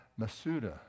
Masuda